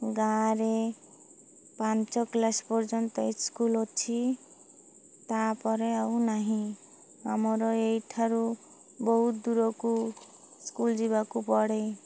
ଗାଁରେ ପାଞ୍ଚ କ୍ଲାସ୍ ପର୍ଯ୍ୟନ୍ତ ସ୍କୁଲ୍ ଅଛି ତା'ପରେ ଆଉ ନାହିଁ ଆମର ଏଇଠାରୁ ବହୁତ ଦୂରକୁ ସ୍କୁଲ୍ ଯିବାକୁ ପଡ଼େ